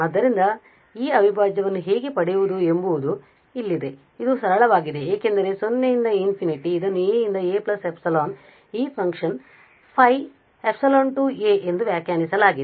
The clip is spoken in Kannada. ಆದ್ದರಿಂದ ಈ ಅವಿಭಾಜ್ಯವನ್ನು ಹೇಗೆ ಪಡೆಯುವುದು ಎಂಬುದು ಇಲ್ಲಿದೆ ಇದು ಸರಳವಾಗಿದೆ ಏಕೆಂದರೆ 0 ರಿಂದ ∞ ಇದನ್ನು a ಯಿಂದ a ε ಈ ಫಂಕ್ಷನ್ a ಎಂದು ವ್ಯಾಖ್ಯಾನಿಸಲಾಗಿದೆ